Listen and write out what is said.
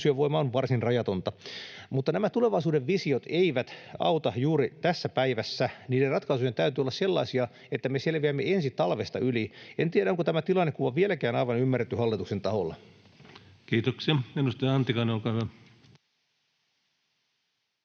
fuusiovoima on varsin rajatonta. Mutta nämä tulevaisuuden visiot eivät auta juuri tässä päivässä. Niiden ratkaisujen täytyy olla sellaisia, että me selviämme ensi talvesta yli. En tiedä, onko tämä tilannekuva vieläkään aivan ymmärretty hallituksen taholla. Kiitoksia. — Edustaja Antikainen, olkaa hyvä.